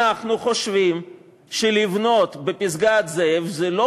אנחנו חושבים שלבנות בפסגת-זאב זו לא